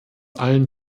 allen